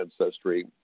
ancestry